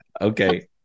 Okay